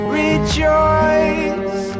rejoice